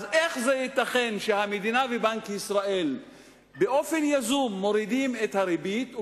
איך זה ייתכן שהמדינה ובנק ישראל מורידים את הריבית באופן יזום,